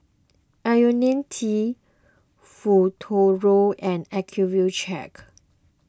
Ionil T Futuro and Accucheck